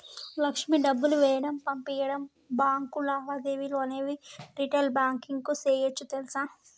లక్ష్మి డబ్బులు వేయడం, పంపించడం, బాంకు లావాదేవీలు అనేవి రిటైల్ బాంకింగ్ సేయోచ్చు తెలుసా